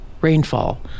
rainfall